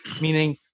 Meaning